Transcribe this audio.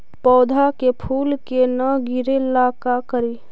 पौधा के फुल के न गिरे ला का करि?